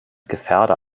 gefährder